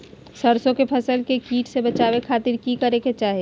सरसों की फसल के कीट से बचावे खातिर की करे के चाही?